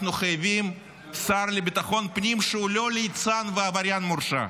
אנחנו חייבים שר לביטחון פנים שהוא לא ליצן ועבריין מורשע,